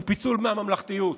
הוא פיצול מהממלכתיות,